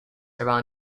around